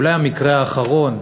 אולי המקרה האחרון,